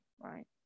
right